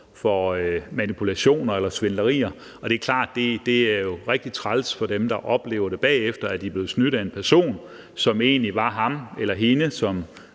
for manipulation eller svindel, og det er klart, at det jo er rigtig træls for dem, der bagefter oplever, at de er blevet snydt af en person, som egentlig var ham eller hende, som